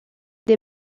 des